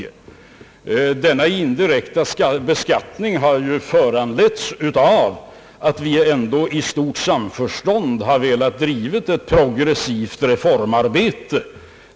Ökningen av den indirekta beskattningen har ju föranletts av att vi — i stort samförstånd — har velat driva ett progressivt reformarbete.